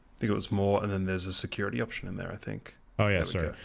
think it was more and then there's a security option in there i think oh yeah sorry